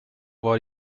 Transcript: war